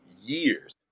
years